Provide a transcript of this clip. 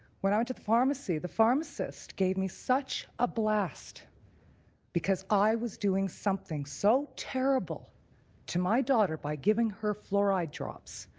went went to the pharmacy, the pharmacist gave me such a blast because i was doing something so terrible to my daughter by giving her fluoride drops.